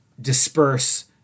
disperse